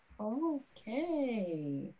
Okay